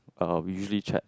uh we usually chat